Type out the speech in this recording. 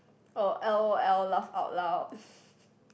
or l_o_l laugh out loud